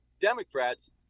Democrats